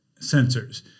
sensors